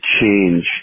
change